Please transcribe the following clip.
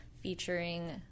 featuring